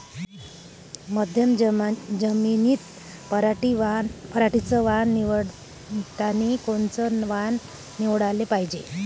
मध्यम जमीनीत पराटीचं वान निवडतानी कोनचं वान निवडाले पायजे?